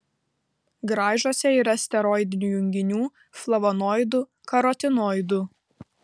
graižuose yra steroidinių junginių flavonoidų karotinoidų